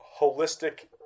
holistic